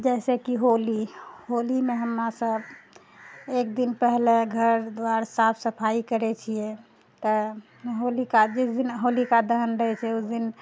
जैसेकि होली होलीमे हमरासभ एक दिन पहिले घर द्वार साफ सफाइ करैत छियै तऽ होलिका जिस दिन होलिका दहन रहैत छै उस दिन